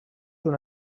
una